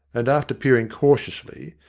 and after peering cautiously,